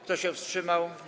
Kto się wstrzymał?